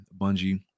Bungie